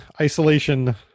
isolation